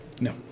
No